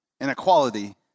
inequality